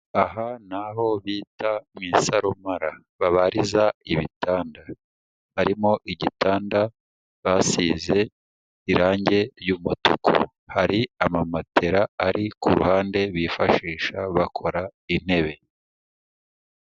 Aha ni aho bita mu isarumara, babariza ibitanda, harimo igitanda basize irangi ry'umutuku, hari ama matera ari ku ruhande bifashisha bakora intebe.